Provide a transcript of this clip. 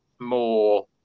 more